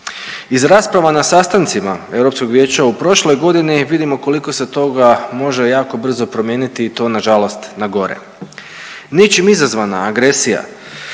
Iz rasprava na sastancima Europskog vijeća u prošloj godini vidimo koliko se toga može jako brzo promijeniti i to nažalost na gore. Ničim izazvana agresija